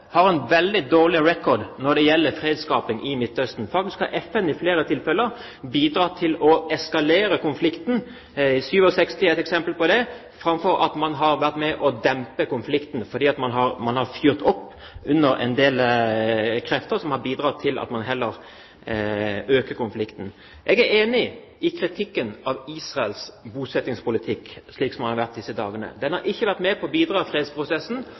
har en veldig dårlig «record» når det gjelder fredsskaping i Midtøsten. Faktisk har FN i flere tilfeller bidratt til å eskalere konflikten – 1967 er et eksempel på det – framfor at man har vært med på å dempe konflikten, for man har fyrt opp under en del krefter som heller har bidratt til å øke konflikten. Jeg er enig i kritikken av Israels bosettingspolitikk som har vært de siste dagene. Den har ikke vært med på å bidra til fredsprosessen.